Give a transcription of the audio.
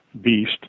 beast